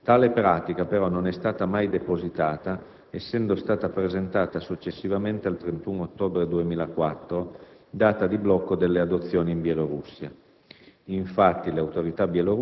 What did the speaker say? Maria medesima. Tale pratica, però, non è mai stata depositata, essendo stata presentata successivamente al 31 ottobre 2004, data di blocco delle adozioni in Bielorussia.